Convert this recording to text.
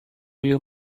you